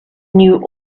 knew